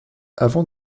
avant